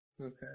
Okay